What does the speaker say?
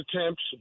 attempts